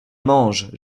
mange